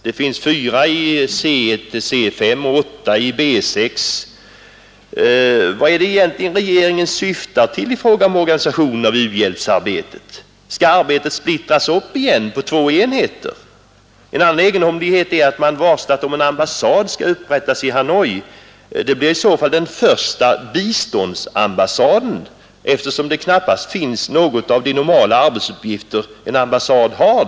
Det finns fyra stycken i C 1—5, och åtta stycken i B 6. Vad är det egentligen regeringen syftar till i fråga om organisationen av u-hjälpsarbetet? Skall arbetet splittras upp igen på två enheter? En annan egendomlighet är att man varslat om att en ambassad skall upprättas i Hanoi. Det blir i så fall den första biståndsambassaden, eftersom det där knappast finns något av de normala arbetsuppgifter en ambassad har.